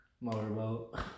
Motorboat